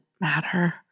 matter